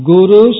Guru